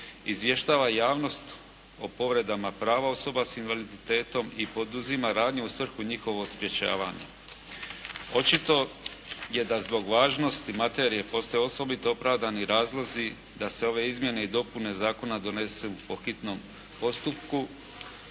izvještava javnost o povredama prava osoba s invaliditetom i poduzima radnju u svrhu njihovog sprječavanja. Očito je da zbog važnosti materije postoje osobito opravdani razlozi da se ove izmjene i dopune zakona donesu po hitnom postupku.